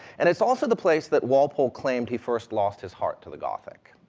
and it's also the place that walpole claimed he first lost his heart to the gothic.